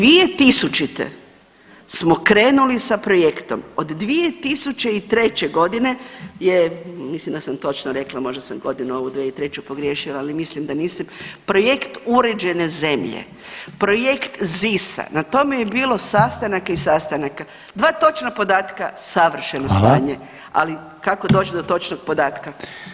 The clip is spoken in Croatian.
2000. smo krenuli sa projektom od 2003. godine je, mislim da sam točno rekla možda samo godinu ovu 2003. pogriješila, ali mislim da nisam, projekt Uređene zemlje, projekt ZIS-a, na tome je bilo sastanaka i sastanaka, dva točna podatka savršeno stanje [[Upadica: Hvala.]] ali kako doći do točnog podatka.